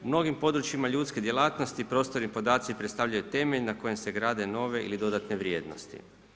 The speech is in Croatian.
U mnogim područjima ljudske djelatnosti prostorni podaci predstavljaju temelj na kojem se grade nove ili dodatne vrijednosti.